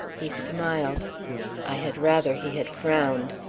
he smiled i had rather he had frowned.